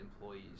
employees